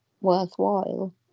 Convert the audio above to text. worthwhile